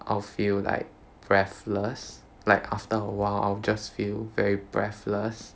I'll feel like breathless like after a while I'll just feel very breathless